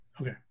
Okay